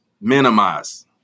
minimize